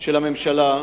של הממשלה,